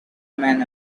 man